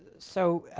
so,